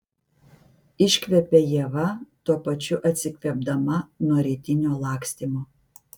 iškvepia ieva tuo pačiu atsikvėpdama nuo rytinio lakstymo